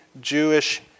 Jewish